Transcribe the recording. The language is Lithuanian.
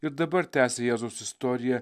ir dabar tęsia jėzaus istoriją